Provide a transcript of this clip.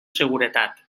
seguretat